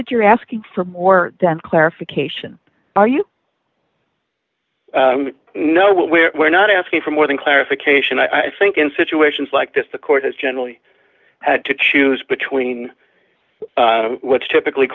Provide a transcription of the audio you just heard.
that you're asking for more than clarification well you know what we're we're not asking for more than clarification i think in situations like this the court has generally had to choose between what's typically